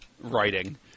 writing